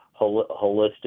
holistic